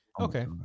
okay